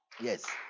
Yes